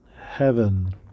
heaven